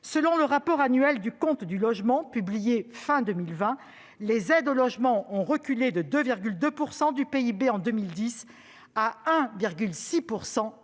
Selon le rapport annuel du compte du logement, publié fin 2020, les aides au logement sont passées de 2,2 % du PIB en 2010 à 1,6